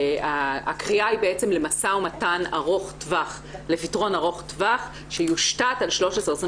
הקריאה היא בעצם למשא ומתן לפתרון ארוך טווח שיושתת על 1325